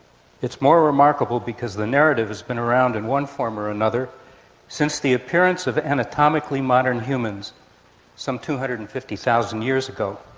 it's more remarkable because the narrative has been around in one form or another since the appearance of anatomically modern humans some two hundred and fifty thousand years ago.